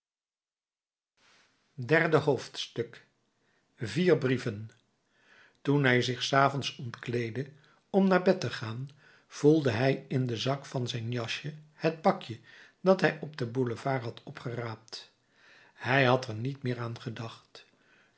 derde hoofdstuk vier brieven toen hij zich s avonds ontkleedde om naar bed te gaan voelde hij in den zak van zijn jas het pakje dat hij op den boulevard had opgeraapt hij had er niet meer aan gedacht